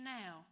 now